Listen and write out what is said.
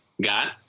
got